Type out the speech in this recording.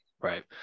right